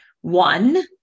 One